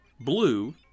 blue